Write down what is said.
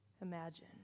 Imagine